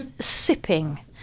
sipping